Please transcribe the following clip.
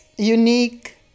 unique